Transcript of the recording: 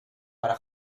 para